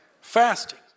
fasting